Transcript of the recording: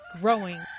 growing